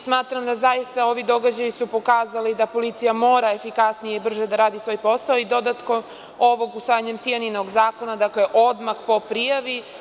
Smatram da su zaista ovi događaji pokazali da policija mora efikasnije i brže da radi svoj posao i nakon usvajanja ovog „Tijaninog zakona“ odmah po prijavi.